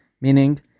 Meaning